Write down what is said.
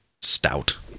stout